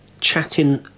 chatting